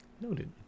Noted